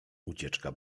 ucieczka